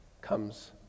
comes